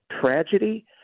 tragedy